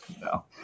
No